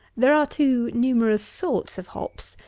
there are, too, numerous sorts of hops,